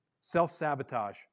Self-sabotage